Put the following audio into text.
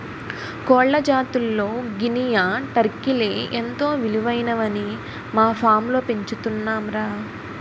కోళ్ల జాతుల్లో గినియా, టర్కీలే ఎంతో విలువైనవని మా ఫాంలో పెంచుతున్నాంరా